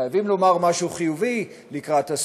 חייבים לומר משהו חיובי לקראת הסוף: